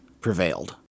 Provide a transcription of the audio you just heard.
prevailed